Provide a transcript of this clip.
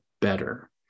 better